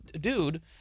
Dude